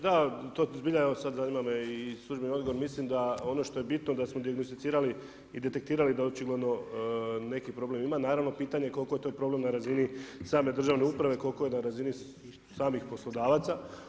Da to zbilja sada imamo i službeni odgovor, mislim da ono što je bitno da smo dijagnosticirali i detektirali da očigledno neki problem ima, naravno pitanje je koliko je to problem na razini same državne uprave koliko je na razini samih poslodavaca.